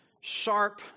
sharp